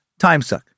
timesuck